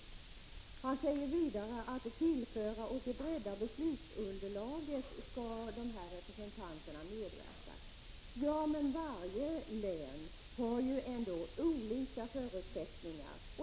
Helge Hagberg säger vidare att det är för att bredda beslutsunderlaget som de här representanterna skall medverka. Men varje län har ju olika förutsättningar.